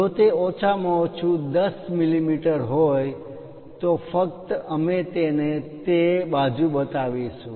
જો તે ઓછામાં ઓછું 10 મીમી હોય તો ફક્ત અમે તેને તે બાજુ બતાવીશું